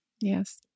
Yes